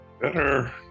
Better